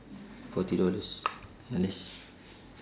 forty dollars unless